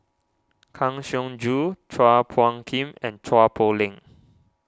Kang Siong Joo Chua Phung Kim and Chua Poh Leng